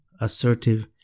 assertive